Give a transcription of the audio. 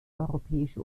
europäische